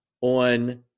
on